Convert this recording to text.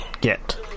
get